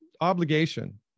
obligation